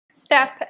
step